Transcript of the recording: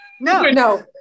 No